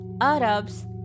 Arabs